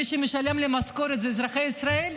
מי שמשלם לי משכורת זה אזרחי ישראל,